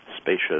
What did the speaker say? spacious